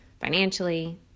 financially